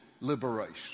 liberation